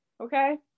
okay